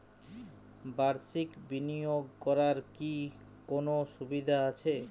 বাষির্ক বিনিয়োগ করার কি কোনো সুবিধা আছে?